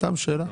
סתם שאלה.